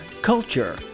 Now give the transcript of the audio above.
Culture